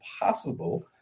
possible